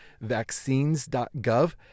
vaccines.gov